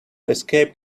escape